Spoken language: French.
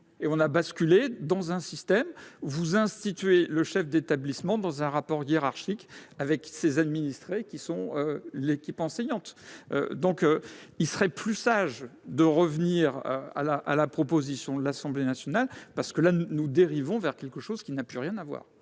On a basculé dans un système dans lequel vous instituez le chef d'établissement dans un rapport hiérarchique avec ses administrés que sont les membres de l'équipe enseignante. Il serait donc plus sage de revenir à la proposition de l'Assemblée nationale, parce que nous dérivons vers quelque chose qui n'a plus rien à voir.